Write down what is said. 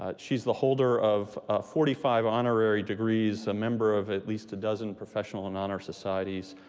ah she's the holder of forty five honorary degrees, a member of at least a dozen professional and honor societies,